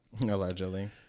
Allegedly